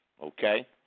okay